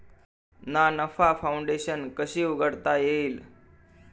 ना नफा फाउंडेशन कशी उघडता येईल?